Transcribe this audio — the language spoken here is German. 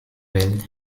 welt